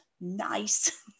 nice